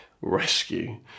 rescue